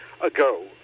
ago